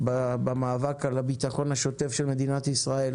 במאבק על הבטחון השוטף של מדינת ישראל